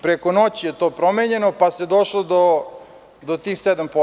Preko noći je to promenjeno, pa se došlo do tih 7%